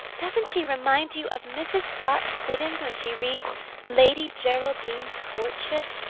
doesn't she remind you of mrs. scott-siddons when she reads lady geraldine's courtship?